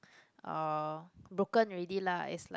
uh broken already lah it's like